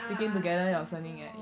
ah ah oh my god